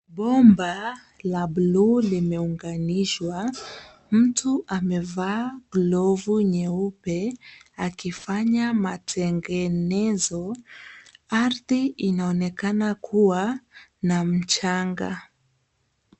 Bomba la blue limeunganishwa. Mtu amevaa glovu nyeupe akifanya matengenezo. Ardhi inaonekana kuwa na mchanga.